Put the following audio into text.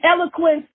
eloquence